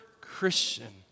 Christian